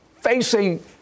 facing